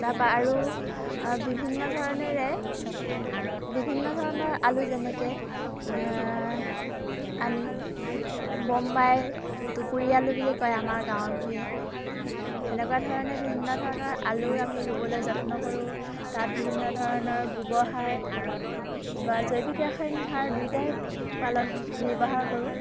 তাৰ পৰা আৰু বিভিন্ন ধৰণেৰে বিভিন্ন ধৰণৰ আলু যেনেকৈ আনি বম্বাই টুকুৰী আলু বুলি কয় আমাৰ গাঁৱে ভূঞে সেনেকুৱা ধৰণে ভিন্ন ধৰণৰ আলু আমি ৰুবলৈ যত্ন কৰোঁ তাত ভিন্ন ধৰণৰ গোবৰ সাৰ বা জৈৱিক ৰাসায়নিক সাৰ দুয়োটাই পালন ব্যৱহাৰ কৰোঁ